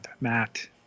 matt